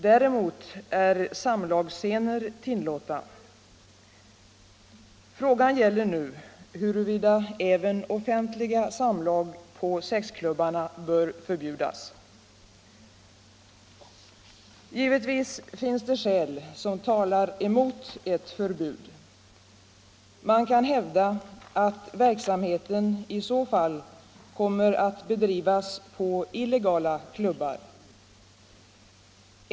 Däremot är samlagsscener tillåtna. Frågan gäller nu huruvida även offentliga samlag på sexklubbarna bör förbjudas. Givetvis finns det skäl som talar emot ett förbud. Man kan hävda att verksamheten vid förbud kommer att bedrivas på illegala klubbar.